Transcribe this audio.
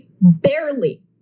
barely